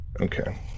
Okay